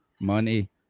money